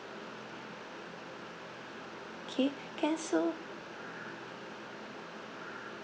K can so